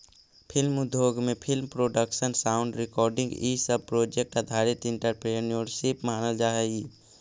film उद्योग में film production sound recording इ सब प्रोजेक्ट आधारित एंटरप्रेन्योरशिप मानल जा हई